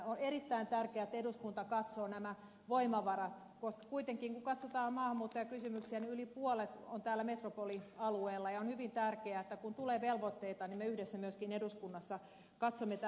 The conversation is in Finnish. on erittäin tärkeää että eduskunta katsoo nämä voimavarat koska kuitenkin kun katsotaan maahanmuuttajakysymyksiä yli puolet on täällä metropolialueella ja on hyvin tärkeää että kun tulee velvoitteita niin me yhdessä myöskin eduskunnassa katsomme tähän rahat